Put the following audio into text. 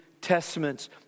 Testaments